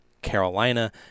Carolina